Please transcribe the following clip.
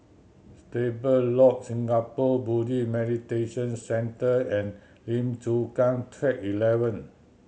Stable Loop Singapore Buddhist Meditation Centre and Lim Chu Kang Track Eleven